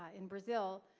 ah in brazil,